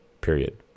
Period